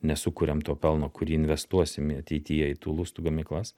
nesukuriam to pelno kurį investuosim į ateityje į tų lustų gamyklas